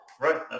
Right